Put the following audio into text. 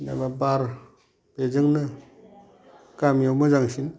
जेनेबा बार बेजोंनो गामियाव मोजांसिन